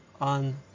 on